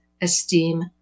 esteem